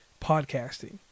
podcasting